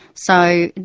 so,